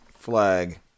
flag